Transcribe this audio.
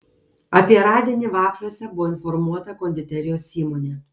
apie radinį vafliuose buvo informuota konditerijos įmonė